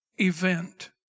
event